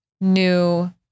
new